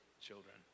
children